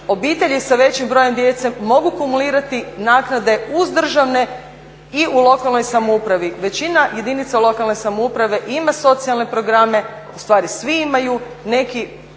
obitelji sa većim brojem djece mogu kumulirati naknade uz državne i u lokalnoj samoupravi. Većina jedinica lokalne samouprave ima socijalne programe, ustvari svi imaju, neki